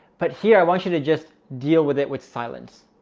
but here i want you to just deal with it with silence.